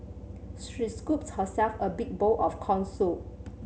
she scooped herself a big bowl of corn soup